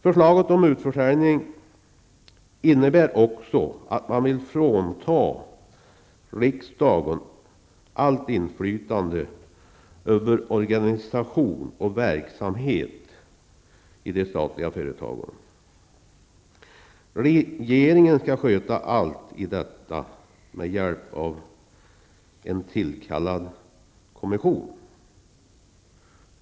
Förslaget om utförsäljning innebär också att man vill frånta riksdagen allt inflytande över organisation och verksamhet i de statliga företagen. Regeringen skall sköta allt med hjälp av en tillkallad kommission.